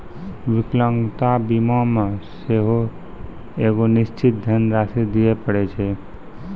विकलांगता बीमा मे सेहो एगो निश्चित धन राशि दिये पड़ै छै